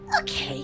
Okay